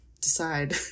decide